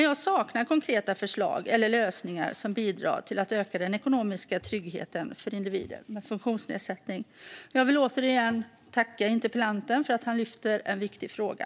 Jag saknar konkreta förslag eller lösningar som bidrar till att öka den ekonomiska tryggheten för individer med funktionsnedsättning. Jag vill återigen tacka interpellanten för att han lyfter upp en viktig fråga.